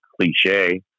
cliche